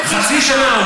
חצי שנה,